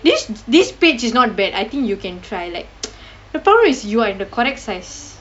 this this page is not bad I think you can try like the problem is you are in the correct size